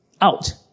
out